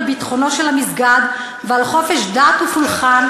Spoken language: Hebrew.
ביטחונו של המסגד ועל חופש דת ופולחן,